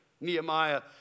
Nehemiah